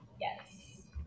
Yes